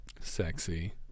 Sexy